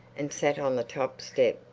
and sat on the top step,